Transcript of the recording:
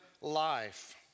life